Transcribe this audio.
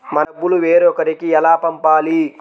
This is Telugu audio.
మన డబ్బులు వేరొకరికి ఎలా పంపాలి?